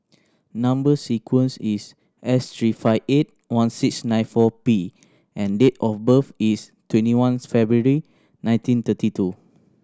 number sequence is S three five eight one six nine four P and date of birth is twenty one February nineteen thirty two